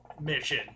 mission